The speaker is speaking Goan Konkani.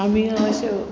आमी अश्यो